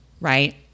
right